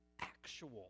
actual